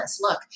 look